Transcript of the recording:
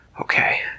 Okay